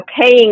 paying